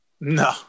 no